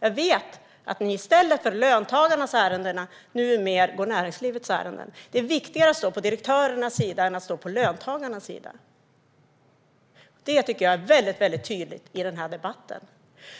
Jag vet att ni i stället för löntagarnas ärenden numera går näringslivets ärenden. Det är viktigare att stå på direktörernas sida än att stå på löntagarnas sida. Det tycker jag är väldigt tydligt i denna debatt.